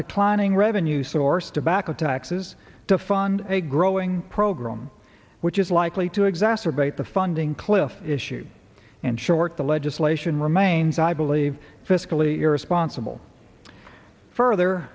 declining revenue source tobacco taxes to fund a growing program which is likely to exacerbate the funding cliff issue and short the legislation remains i believe fiscally irresponsible further